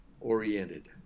oriented